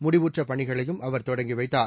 முடிவுற்ற பணிகளையும் அவர் தொடங்கி வைத்தார்